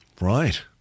Right